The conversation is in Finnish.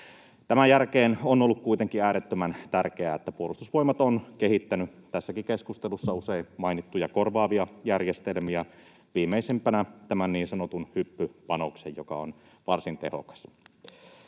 Tämän jälkeen on ollut kuitenkin äärettömän tärkeää, että Puolustusvoimat on kehittänyt tässäkin keskustelussa usein mainittuja korvaavia järjestelmiä, viimeisimpänä tämän niin sanotun hyppypanoksen, joka on varsin tehokas.